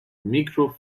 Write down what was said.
mirco